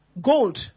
gold